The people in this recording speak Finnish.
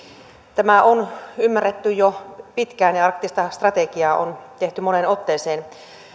tämä on ymmärretty jo pitkään ja arktista strategiaa on tehty moneen otteeseen